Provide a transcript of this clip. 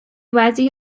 wedi